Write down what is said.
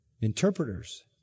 interpreters